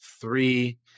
Three